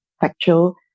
factual